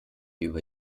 über